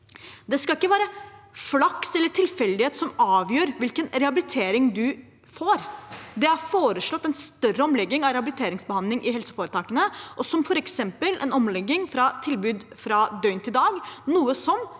Det skal ikke være flaks eller tilfeldigheter som avgjør hvilken rehabilitering man får. Det er foreslått en større omlegging av rehabiliteringsbehandling i helseforetakene, f.eks. en omlegging av tilbud fra døgn til dag, noe som